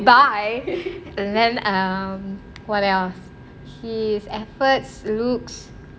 bye and then um what else he's efforts looks